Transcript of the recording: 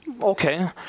okay